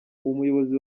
umuyobozi